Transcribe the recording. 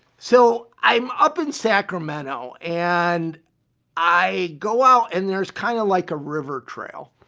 so i'm up in sacramento and i go out and there's kind of like a river trail.